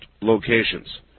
locations